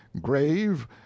grave